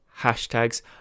hashtags